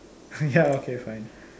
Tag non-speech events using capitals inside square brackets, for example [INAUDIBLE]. [LAUGHS] ya okay fine